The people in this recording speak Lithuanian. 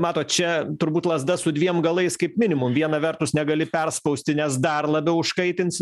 matot čia turbūt lazda su dviem galais kaip minimum viena vertus negali perspausti nes dar labiau užkaitinsi